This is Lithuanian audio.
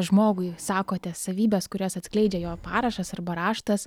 žmogui sakote savybes kurias atskleidžia jo parašas arba raštas